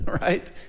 right